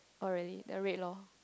oh really then red lor